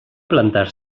plantar